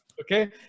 Okay